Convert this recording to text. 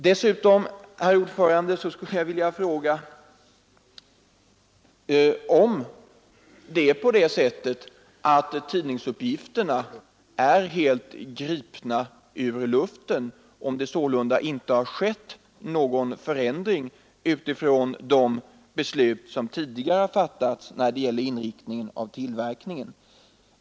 Dessutom skulle jag vilja fråga om tidningsuppgifterna är helt gripna ur luften och om det sålunda inte har skett någon förändring när det gäller inriktningen av tillverkningen.